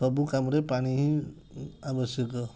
ସବୁ କାମରେ ପାଣି ହିଁ ଆବଶ୍ୟକ